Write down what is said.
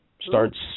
Starts